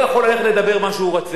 או ראש אגף במוסד,